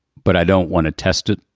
but i don't want to test it.